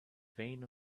vane